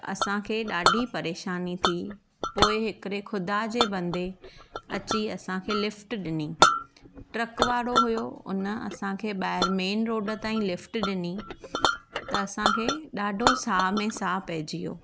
त असांखे ॾाढी परेशानी थी पोइ हिकिड़े खुदा जे बंदे अची असांखे लिफ्ट ॾिनी ट्रक वारो हुयो हुन असांखे ॿाहिरि मेन रोड ताईं लिफ्ट ॾिनी त असांखे ॾाढो साहु में साहु पइजी वियो